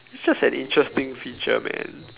it's just an interesting feature man